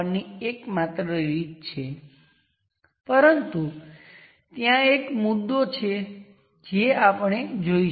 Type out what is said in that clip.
તો ચાલો આપણે તેને લઈએ અને પહેલાની જેમ આગળ વધીએ